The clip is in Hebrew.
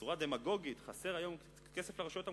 בצורה דמגוגית: חסר היום כסף לרשויות המקומיות,